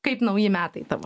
kaip nauji metai tavo